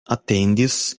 atendis